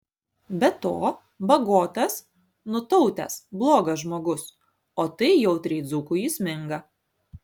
be to bagotas nutautęs blogas žmogus o tai jautriai dzūkui įsminga